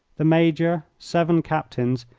the major, seven captains,